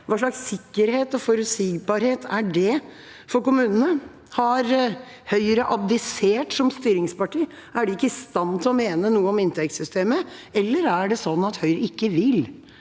Hva slags sikkerhet og forutsigbarhet er det for kommunene? Har Høyre abdisert som styringsparti? Er de ikke i stand til å mene noe om inntektssystemet, eller er det sånn at Høyre ikke vil?